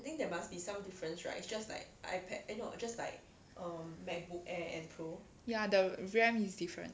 ya the R_A_M is different